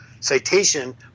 Citation